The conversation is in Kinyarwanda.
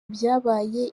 byabaye